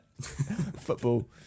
football